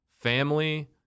family